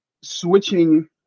switching